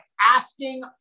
asking